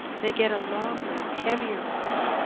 they get a longer, heavier pole,